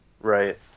Right